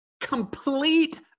complete